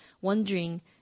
wondering